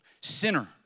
sinner